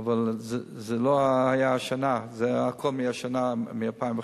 אבל זה לא היה השנה, זה הכול מ-2011.